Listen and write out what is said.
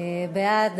בעד,